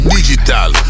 Digital